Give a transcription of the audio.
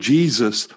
Jesus